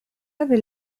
avait